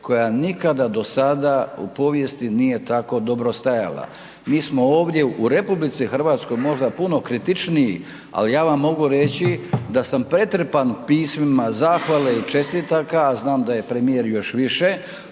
koja nikada do sada u povijesti nije tako dobro stajala. Mi smo ovdje u RH možda puno kritičniji, ali ja vam mogu reći da sam pretrpan pismima zahvale i čestitaka, a znam da je premijer još više